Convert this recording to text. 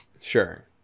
Sure